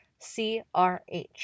CRH